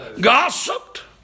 gossiped